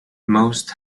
most